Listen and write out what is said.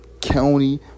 county